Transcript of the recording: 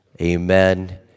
Amen